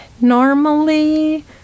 normally